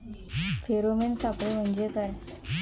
Pheromone सापळे म्हंजे काय?